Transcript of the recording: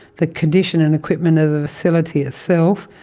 the condition and equipment of the facility itself,